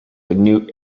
new